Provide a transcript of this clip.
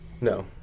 No